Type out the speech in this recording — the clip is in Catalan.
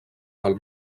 del